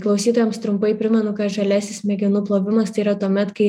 klausytojams trumpai primenu kad žaliasis smegenų plovimas tai yra tuomet kai